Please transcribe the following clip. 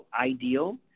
ideal